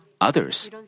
others